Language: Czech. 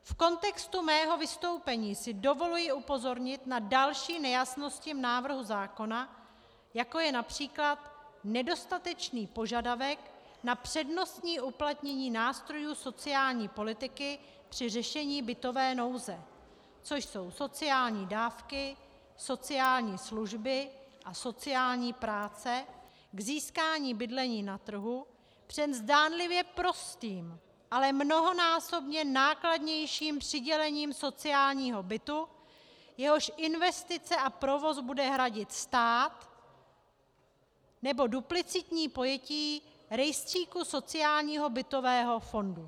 V kontextu svého vystoupení si dovoluji upozornit na další nejasnosti v návrhu zákona, jako je např. nedostatečný požadavek na přednostní uplatnění nástrojů sociální politiky při řešení bytové nouze, což jsou sociální dávky, sociální služby a sociální práce, k získání bydlení na trhu před zdánlivě prostým, ale mnohonásobně nákladnějším přidělením sociálního bytu, jehož investice a provoz bude hradit stát, nebo duplicitní pojetí rejstříku sociálního bytového fondu.